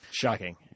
Shocking